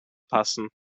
passen